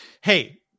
hey